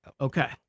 Okay